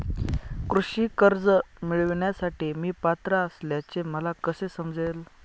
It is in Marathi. कृषी कर्ज मिळविण्यासाठी मी पात्र असल्याचे मला कसे समजेल?